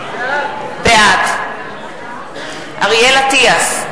בעד אריאל אטיאס,